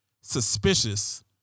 suspicious